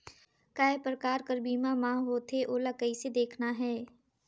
काय प्रकार कर बीमा मा होथे? ओला कइसे देखना है?